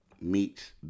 meets